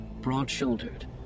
broad-shouldered